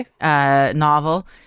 novel